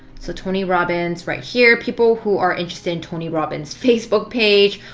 so tony robbins right here. people who are interested in tony robbins' facebook page.